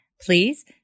Please